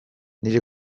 nire